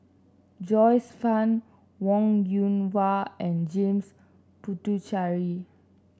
Joyce Fan Wong Yoon Wah and James Puthucheary